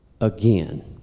Again